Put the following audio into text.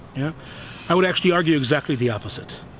yeah i would actually argue exactly the opposite.